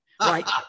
right